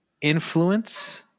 influence